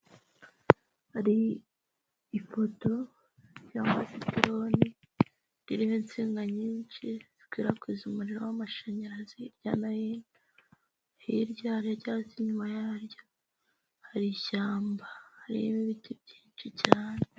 Hari ipoto cyangwa se ipironi ririho insinga nyinshi zikwirakwiza umuriro w'amashanyarazi hirya no hino. Hirya cyangwa inyuma yaryo hari ishyamba, harimo ibiti byinshi cyane.